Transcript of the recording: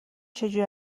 چجوری